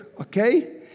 Okay